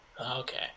Okay